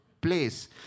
place